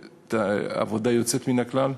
וזו עבודה יוצאת מן הכלל.